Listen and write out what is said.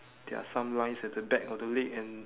there are some lines at the back of the leg and